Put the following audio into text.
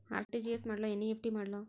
RTGS ಮಾಡ್ಲೊ NEFT ಮಾಡ್ಲೊ?